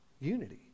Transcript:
unity